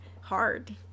hard